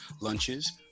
lunches